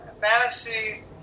Fantasy